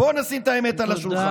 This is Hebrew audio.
בואו נשים את האמת על השולחן.